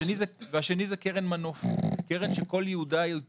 השני זה קרן מנוף, קרן שכל ייעודה הוא טיפול.